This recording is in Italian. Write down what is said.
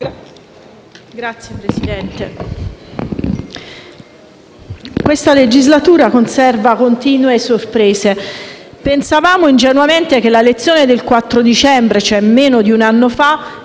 colleghi, questa legislatura riserva continue sorprese. Pensavamo ingenuamente che la lezione del 4 dicembre, meno di un anno fa,